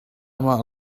amah